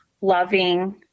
loving